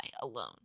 alone